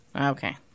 Okay